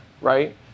right